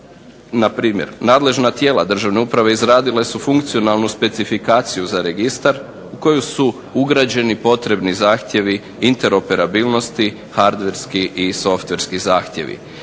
Na primjer, nadležna tijela državne uprave izradile su funkcionalnu specifikaciju za registar u koju su ugrađeni potrebni zahtjevi inter operabilnosti, hardverski i softverski zahtjevi.